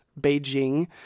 Beijing